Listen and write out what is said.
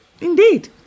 Indeed